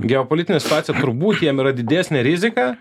geopolitinė situacija turbūt jiem yra didesnė rizika